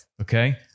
Okay